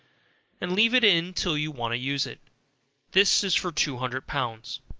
and leave it in till you want to use it this is for two hundred pounds.